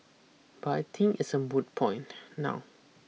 but I think it's a moot point now